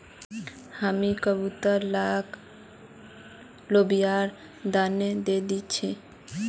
हामी कबूतर लाक लोबियार दाना दे दी छि